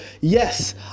yes